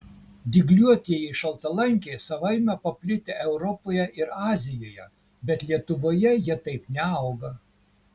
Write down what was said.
dygliuotieji šaltalankiai savaime paplitę europoje ir azijoje bet lietuvoje jie taip neauga